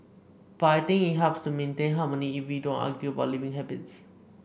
but I think it helps to maintain harmony if we don't argue about living habits